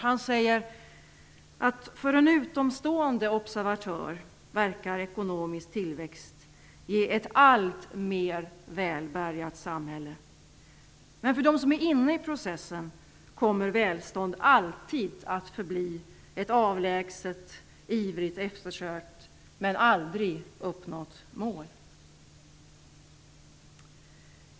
Han säger: För en utomstående observatör verkar ekonomisk tillväxt ge ett alltmer välbärgat samhälle, men för dem som är inne i processen kommer välstånd alltid att förbli ett avlägset, ivrigt eftersökt men aldrig uppnått mål.